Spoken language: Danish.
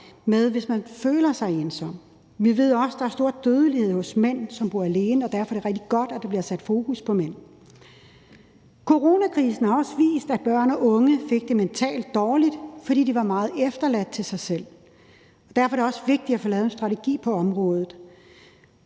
med at føle sig ensom, og vi ved også, at der er stor dødelighed hos mænd, som bor alene, og derfor er det rigtig godt, at der bliver sat fokus på mænd. Coronakrisen har også vist, at børn og unge fik det mentalt dårligt, fordi de var meget overladt til sig selv. Derfor er det vigtigt at få lavet en strategi på området,